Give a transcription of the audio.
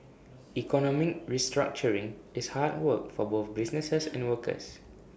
economic restructuring is hard work for both businesses and workers